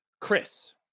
Chris